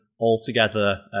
altogether